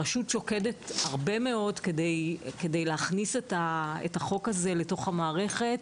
הרשות שוקדת הרבה מאוד כדי להכניס את החוק הזה לתוך המערכת,